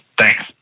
thanks